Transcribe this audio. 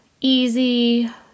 easy